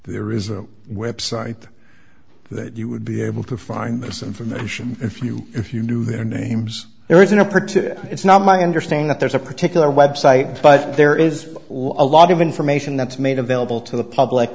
there is a website that you would be able to find this information if you if you knew their names there is an opportunity it's not my understanding that there's a particular web site but there is a lot of information that's made available to the public